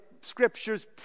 scriptures